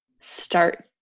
start